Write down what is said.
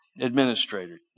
Administrator